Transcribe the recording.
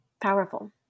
powerful